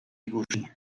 ikusi